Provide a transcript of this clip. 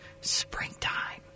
springtime